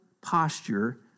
posture